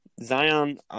Zion